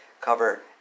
cover